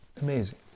Amazing